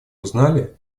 узнали